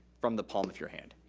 from the palm of your hand.